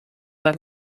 let